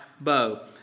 bow